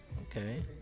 Okay